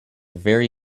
very